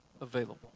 available